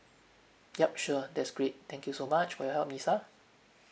yup sure that's great thank you so much for your help lisa